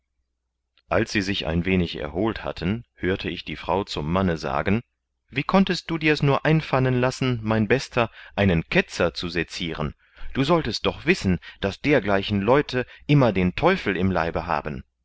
als sie sich ein wenig erholt hatten hörte ich die frau zum manne sagen wie konntest du dir's nur einfallen lassen mein bester einen ketzer zu seciren du solltest doch wissen daß dergleichen leute immer den teufel im leibe haben